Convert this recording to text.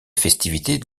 festivités